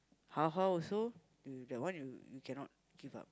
how how also that one you cannot give up